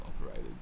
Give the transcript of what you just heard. operated